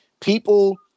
people